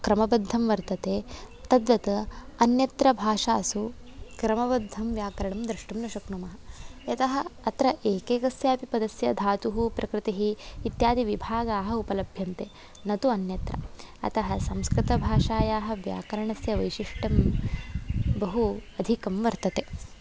क्रमबद्धं वर्तते तद्वत् अन्यत्र भाषासु क्रमबद्धव्याकरणं द्रष्टुं न शक्नुमः यतः अत्र एकैकस्य पदस्य धातुः प्रकृतिः इत्यादि विभागाः उपलभ्यन्ते न तु अन्यत्र अतः संस्कृतभाषायाः व्याकरणस्य वैशिष्टं बहु अधिकं वर्तते